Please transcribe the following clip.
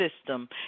system